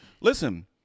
listen